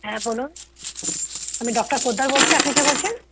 হ্যাঁ বলুন আমি ডক্টর পোদ্দার বলছি আপনি কে বলছেন